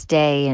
day